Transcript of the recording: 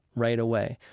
right away,